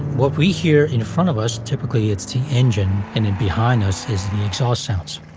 what we hear in front of us typically it's the engine and then behind us is the exhaust sounds.